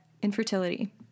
infertility